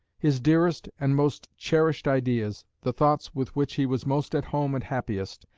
his dearest and most cherished ideas, the thoughts with which he was most at home and happiest,